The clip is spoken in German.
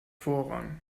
vorrang